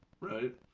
Right